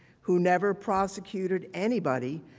who never prosecuted anybody,